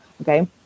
okay